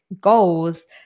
goals